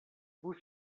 vous